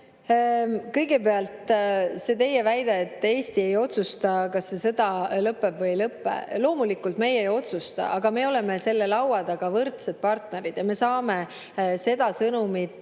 Kõigepealt see teie väide, et Eesti ei otsusta, kas see sõda lõpeb või ei lõpe. Loomulikult meie ei otsusta, aga me oleme selle laua taga võrdsed partnerid ja me saame seda sõnumit